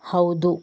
ಹೌದು